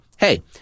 Hey